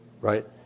right